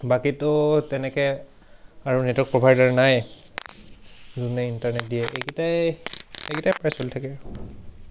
বাকীতো তেনেকৈ আৰু নেটৱৰ্ক প্ৰভাইডাৰ নাই যোনে ইণ্টাৰনেট দিয়ে এইকেইটাই এইকেইটাই প্ৰায় চলি থাকে